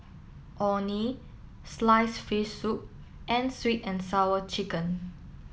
Orh Nee Sliced Fish Soup and Sweet and Sour Chicken